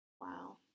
Wow